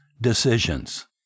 decisions